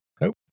Nope